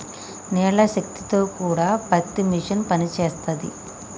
నీళ్ల శక్తి తో కూడా పత్తి మిషన్ పనిచేస్తది